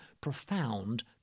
profound